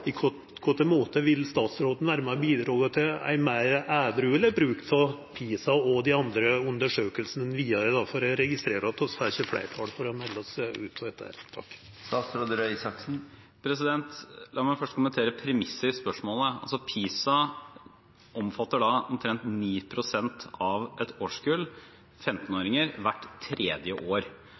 På kva for ein måte vil statsråden nærmare bidra til ein meir edrueleg bruk vidare av PISA og dei andre undersøkingane?– for eg registrerer at det ikkje er fleirtal for å melda oss ut. La meg først kommentere premissene i spørsmålet. PISA omfatter omtrent 9 pst. av et årskull 15-åringer hvert tredje år.